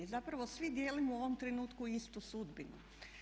Zapravo svi dijelimo u ovom trenutku istu sudbinu.